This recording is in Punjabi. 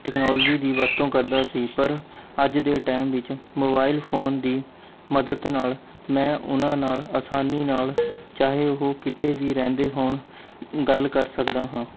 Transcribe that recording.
ਟੈਕਨੋਲਜੀ ਦੀ ਵਰਤੋਂ ਕਰਦਾ ਸੀ ਪਰ ਅੱਜ ਦੇ ਟਾਈਮ ਵਿੱਚ ਮੋਬਾਇਲ ਫ਼ੋਨ ਦੀ ਮਦਦ ਨਾਲ਼ ਮੈਂ ਉਹਨਾਂ ਨਾਲ਼ ਆਸਾਨੀ ਨਾਲ਼ ਚਾਹੇ ਉਹ ਕਿਤੇ ਵੀ ਰਹਿੰਦੇ ਹੋਣ ਗੱਲ ਕਰ ਸਕਦਾ ਹਾਂ